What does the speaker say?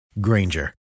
Granger